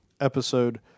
episode